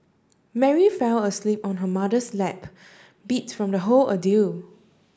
Mary fell asleep on her mother's lap beat from the whole ordeal